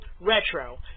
Retro